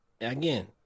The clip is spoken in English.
Again